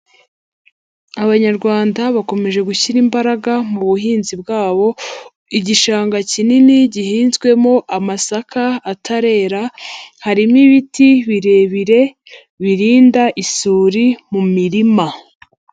Abanyarwanda bakomeje gushyira imbaraga mu buhinzi bwabo, igishanga kinini gihinzwemo amasaka atarera, harimo ibiti birebire birinda isuri mu mirima.